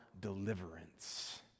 deliverance